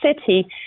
city